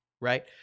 right